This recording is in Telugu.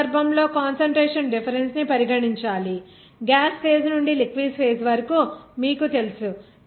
ఈ సందర్భంలో కాన్సంట్రేషన్ డిఫరెన్స్ ని పరిగణించాలి గ్యాస్ ఫేజ్ నుండి లిక్విడ్ ఫేజ్ వరకు మీకు తెలుసు